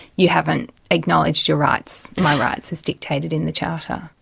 you haven't acknowledged your rights, my rights, as dictated in the charter.